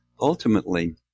ultimately